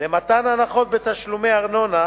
למתן הנחות בתשלומי ארנונה.